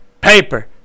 paper